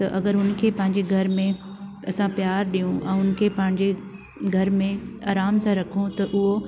त अगरि हुन खे पंहिंजे घर में असां प्यारु ॾियूं ऐं हुन खे पंहिंजे घर में आराम सां रखूं त उहो